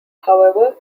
however